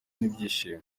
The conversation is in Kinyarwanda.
n’ibyishimo